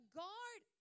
guard